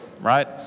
right